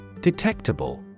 Detectable